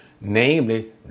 namely